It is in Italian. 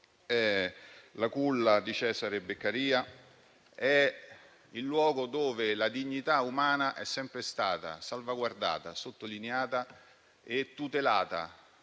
la culla di Cesare Beccaria, il luogo dove la dignità umana è sempre stata salvaguardata, sottolineata e tutelata